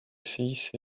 cice